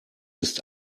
ist